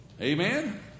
Amen